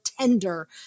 tender